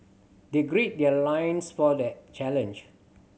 they gird their loins for the challenge